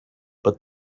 but